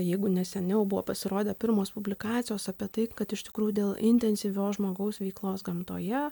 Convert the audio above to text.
jeigu ne seniau buvo pasirodę pirmos publikacijos apie tai kad iš tikrųjų dėl intensyvios žmogaus veiklos gamtoje